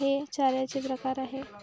हे चाऱ्याचे प्रकार आहेत